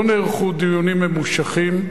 לא נערכו דיונים ממושכים.